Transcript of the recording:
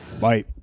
bye